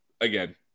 again